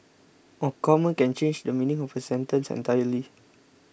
a comma can change the meaning of a sentence entirely